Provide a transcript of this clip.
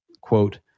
quote